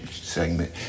segment